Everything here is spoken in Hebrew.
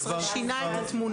החוק מ-2017 שינה את התמונה.